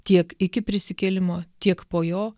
tiek iki prisikėlimo tiek po jo